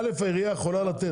א', העירייה יכולה לתת.